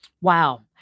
Wow